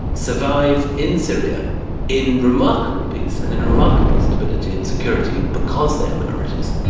survive in syria in remarkable peace and in remarkable stability and security because they're minorities.